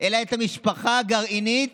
אלא את המשפחה הגרעינית.